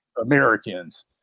Americans